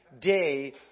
day